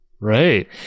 Right